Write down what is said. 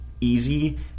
easy